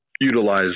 utilize